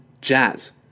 jazz